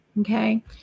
Okay